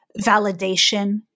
validation